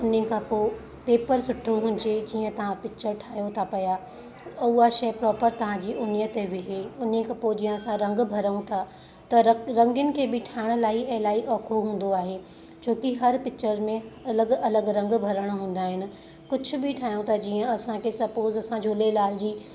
उन खां पोइ पेपर सुठो हुजे जीअं तव्हां पिच्चर ठाहियो था पिया उहा शैइ प्रोपर तव्हांजी उन्हीअ ते विहे उनखां पोइ जीअं असां रंगु भरियूं था त रक रंगीन खे बि ठाहिण लाइ इलाही ओखो हूंदो आहे छो की हर पिच्चर में अलॻि अलॻि रंग भरिणा हूंदा आहिनि कुझु बि ठाहियूं था जीअं असांखे सपोज़ असां झूलेलाल जी